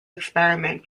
experiment